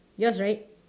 yours right